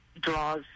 draws